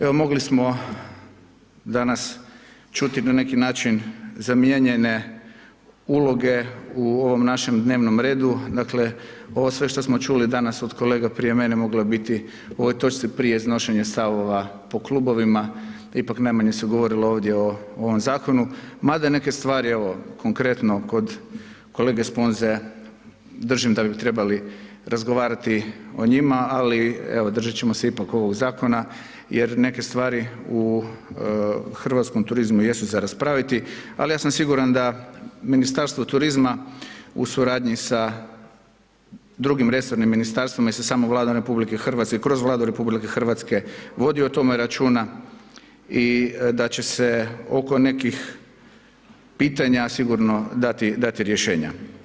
Evo mogli smo danas čuti na neki način zamijenjene uloge u ovom našem dnevnom redu, dakle ovo sve što smo čuli danas od kolege prije mene moglo je biti u ovoj točci prije iznošenja stavova po klubovima, ipak najmanje se govorilo ovdje o ovom zakonu, mada neke stvari evo konkretno kod kolege Sponze držim da bi trebali razgovarati o njima, ali evo držat ćemo se ipak ovog zakona jer neke stvari u hrvatskom turizmu jesu za raspraviti, ali ja sam siguran da Ministarstvo turizma u suradnji sa drugim resornim ministarstvima i sa samom Vladom RH, kroz Vladu RH vodi o tome računa i da će se oko nekih pitanja sigurno dati, dati rješenja.